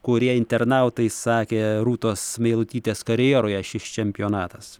kurie internautai sakė rūtos meilutytės karjeroje šis čempionatas